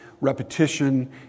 repetition